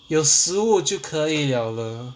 有食物就可以了了